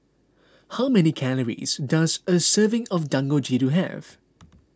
how many calories does a serving of Dangojiru have